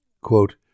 Quote